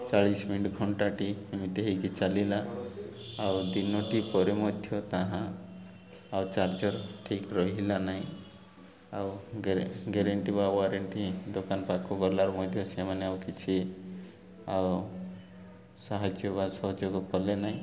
ଚାଳିଶ ମିନିଟ୍ ଘଣ୍ଟାଟିଏ ଏମିତି ହେଇକି ଚାଲିଲା ଆଉ ଦିନଟି ପରେ ମଧ୍ୟ ତାହା ଆଉ ଚାର୍ଜର ଠିକ ରହିଲା ନାହିଁ ଆଉ ଗ୍ୟାରେଣ୍ଟି ବା ୱାରେଣ୍ଟି ଦୋକାନ ପାଖକୁ ଗଲାରୁ ମଧ୍ୟ ସେମାନେ ଆଉ କିଛି ଆଉ ସାହାଯ୍ୟ ବା ସହଯୋଗ କଲେ ନାହିଁ